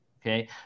okay